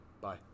bye